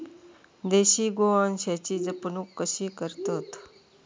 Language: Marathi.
देशी गोवंशाची जपणूक कशी करतत?